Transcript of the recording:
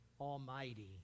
Almighty